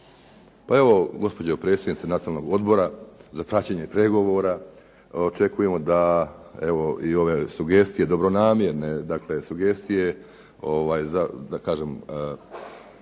Pa evo gospodo predsjednice Nacionalnog odbora za praćenje pregovore očekujemo da evo i ove sugestije, dobronamjerne sugestije da kažem